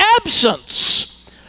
absence